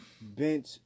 bench